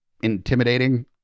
intimidating